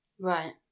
Right